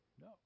No